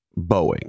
Boeing